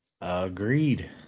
Agreed